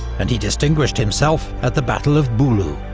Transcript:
and he distinguished himself at the battle of boulou.